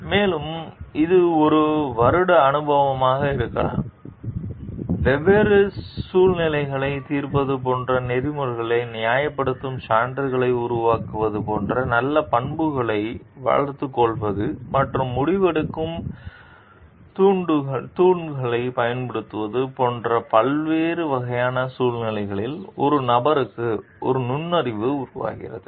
மேலும் இது ஒரு வருட அனுபவமாக இருக்கலாம் வெவ்வேறு சூழ்நிலைகளை தீர்ப்பது போன்ற நெறிமுறைகளை நியாயப்படுத்தும் சான்றுகளை உருவாக்குவது போன்ற நல்ல பண்புகளை வளர்த்துக்கொள்வது மற்றும் முடிவெடுக்கும் தூண்களைப் பயன்படுத்துவது போன்ற பல்வேறு வகையான சூழ்நிலைகளில் ஒரு நபருக்கு ஒரு நுண்ணறிவு உருவாகிறது